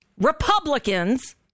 Republicans